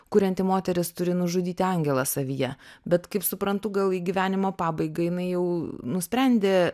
kurianti moteris turi nužudyti angelą savyje bet kaip suprantu gal į gyvenimo pabaigą jinai jau nusprendė